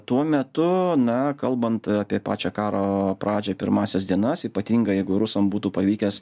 tuo metu na kalbant apie pačią karo pradžią pirmąsias dienas ypatingai jeigu rusam būtų pavykęs